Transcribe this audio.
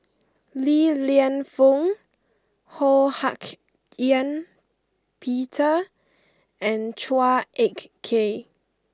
Li Lienfung Ho Hak Ean Peter and Chua Ek Kay